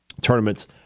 tournaments